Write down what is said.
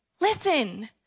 Listen